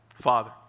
Father